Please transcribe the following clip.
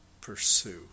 pursue